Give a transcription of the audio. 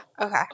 okay